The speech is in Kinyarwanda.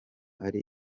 ari